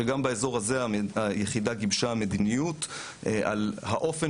שגם באזור הזה היחידה גיבשה מדיניות על האופן